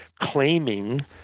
claiming